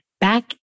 back